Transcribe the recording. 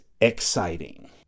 exciting